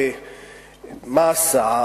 מה עשה?